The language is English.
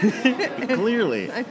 Clearly